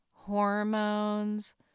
Hormones